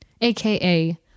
aka